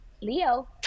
leo